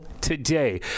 today